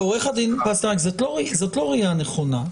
עורך הדין פסטרנק, זאת לא ראייה נכונה.